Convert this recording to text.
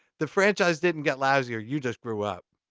the franchise didn't get lousier. you just grew up.